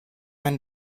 man